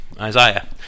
Isaiah